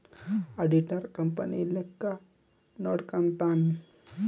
auditor company ಲೆಕ್ಕ ನೋಡ್ಕಂತಾನ್